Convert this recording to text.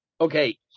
Okay